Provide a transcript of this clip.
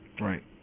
Right